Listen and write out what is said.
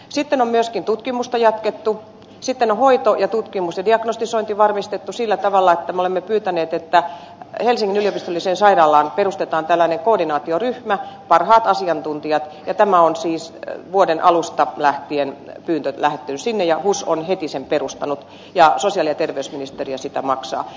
sitten on myöskin tutkimusta jatkettu sitten on hoito ja tutkimus ja diagnostisointi varmistettu sillä tavalla että me olemme pyytäneet että helsingin yliopistolliseen sairaalaan perustetaan tällainen koordinaatioryhmä parhaat asiantuntijat ja tämä pyyntö on siis vuoden alusta lähetetty sinne ja hus on heti sen perustanut ja sosiaali ja terveysministeriö sen koordinaattorin maksaa